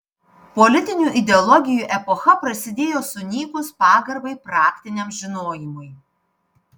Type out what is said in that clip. politinių ideologijų epocha prasidėjo sunykus pagarbai praktiniam žinojimui